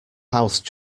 house